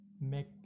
make